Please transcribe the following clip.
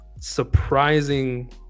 Surprising